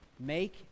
Make